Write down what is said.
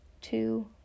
two